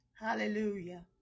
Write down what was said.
Hallelujah